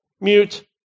Mute